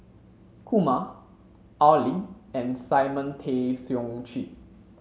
Kumar Al Lim and Simon Tay Seong Chee